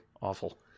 Awful